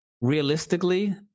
realistically